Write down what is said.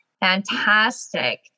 Fantastic